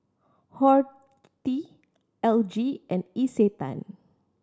Horti L G and Isetan